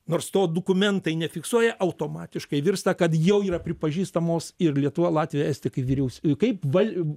nors to dokumentai nefiksuoja automatiškai virsta kad jau yra pripažįstamos ir lietuva latvija estija kaip vyriaus kaip val